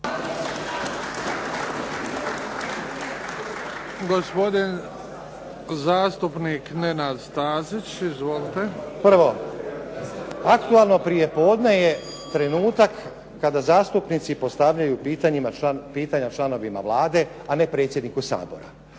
Gospodin zastupnik Nenad Stazić. Izvolite. **Stazić, Nenad (SDP)** Prvo. Aktualno prijepodne je trenutak kada zastupnici postavljaju pitanja članovima Vlade a ne predsjedniku Sabora.